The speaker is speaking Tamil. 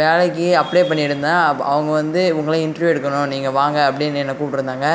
வேலைக்கு அப்ளை பண்ணியிருந்தேன் அப்போ அவங்க வந்து உங்களை இன்ட்ரிவியூ எடுக்கணும் நீங்கள் வாங்க அப்படின்னு என்னை கூப்பிட்டுருந்தாங்க